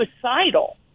suicidal